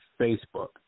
Facebook